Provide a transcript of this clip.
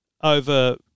over